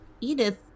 Edith